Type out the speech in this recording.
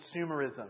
consumerism